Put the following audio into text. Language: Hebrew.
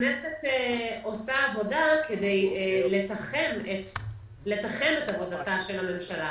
הכנסת עושה עבודה כדי לתחם את עבודתה של הממשלה